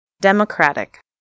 Democratic